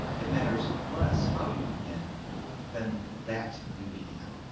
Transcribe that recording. it matters less how you began then that you began.